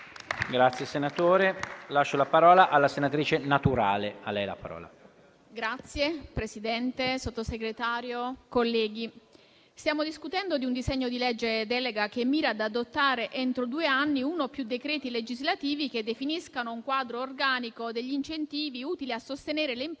Presidente, Sottosegretario, colleghi, stiamo discutendo di un disegno di legge delega che mira ad adottare entro due anni uno o più decreti legislativi che definiscano un quadro organico degli incentivi utili a sostenere le imprese